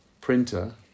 printer